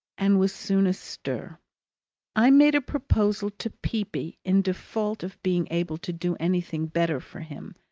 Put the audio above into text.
and was soon astir. i made a proposal to peepy, in default of being able to do anything better for him,